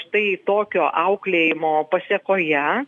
štai tokio auklėjimo pasekoje